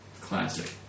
classic